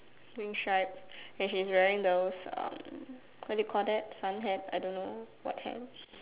green stripes and she's wearing those um what do you call that sun hat I don't know what hat